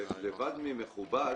לבד מ"מכובד",